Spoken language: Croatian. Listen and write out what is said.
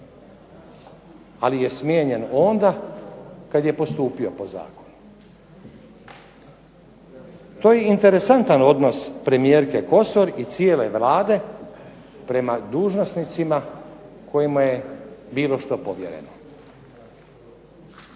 ali je smijenjen onda kada je postupio po zakonu. To je interesantan odnos premijerke Kosor i cijele Vlade prema dužnosnicima kojima je bilo što povjereno.